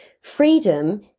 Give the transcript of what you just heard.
freedom